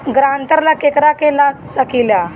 ग्रांतर ला केकरा के ला सकी ले?